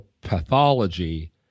pathology